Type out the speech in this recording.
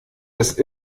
des